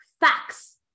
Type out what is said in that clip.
Facts